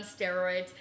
steroids